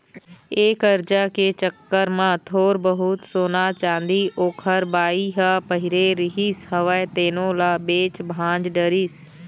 ये करजा के चक्कर म थोर बहुत सोना, चाँदी ओखर बाई ह पहिरे रिहिस हवय तेनो ल बेच भांज डरिस